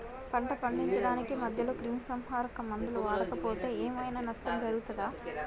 పంట పండించడానికి మధ్యలో క్రిమిసంహరక మందులు వాడకపోతే ఏం ఐనా నష్టం జరుగుతదా?